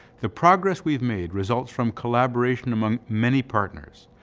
the progress we've made results from collaboration among many partners,